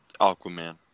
Aquaman